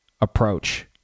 approach